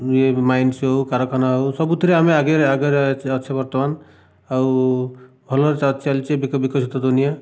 ଇଏ ମାଇନ୍ସ ହେଉ କାରଖାନା ହେଉ ସବୁଥିରେ ଆମେ ଆଗରେ ଆଗରେ ଅଛେ ଅଛୁ ବର୍ତ୍ତମାନ ଆଉ ଭଲରେ ଚାଲିଛି ବିକଶିତ ଦୁନିଆ